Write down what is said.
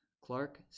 Clark